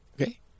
Okay